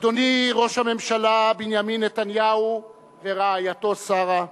אדוני ראש הממשלה בנימין נתניהו ורעייתו שרה,